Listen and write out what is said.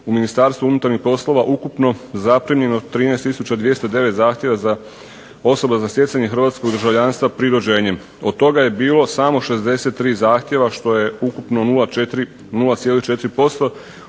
u Ministarstvu unutarnjih poslova ukupno zaprimljeno 13209 zahtjeva osoba za stjecanje hrvatskog državljanstva prirođenjem. Od toga je bilo samo 63 zahtjeva što je ukupno 0,4% osoba